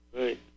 Right